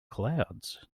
clouds